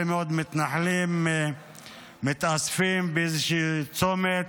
מאוד מתנחלים מתאספים באיזשהו צומת,